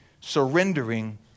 surrendering